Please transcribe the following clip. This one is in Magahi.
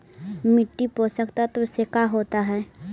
मिट्टी पोषक तत्त्व से का होता है?